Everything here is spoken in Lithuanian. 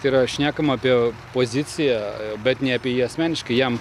tai yra šnekama apie poziciją bet ne apie jį asmeniškai jam